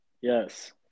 Yes